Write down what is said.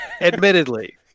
admittedly